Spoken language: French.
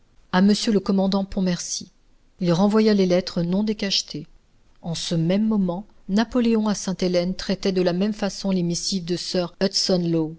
à monsieur le commandant pontmercy il renvoya les lettres non décachetées en ce même moment napoléon à sainte-hélène traitait de la même façon les missives de sir